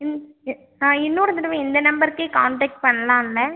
இன் ஏ ஆ இன்னொரு தடவை இந்த நம்பருக்கே காண்டெக்ட் பண்ணலாம்ல